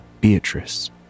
Beatrice